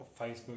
Facebook